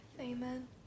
Amen